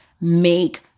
make